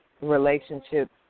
relationships